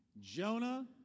Jonah